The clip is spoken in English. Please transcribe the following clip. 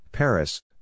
Paris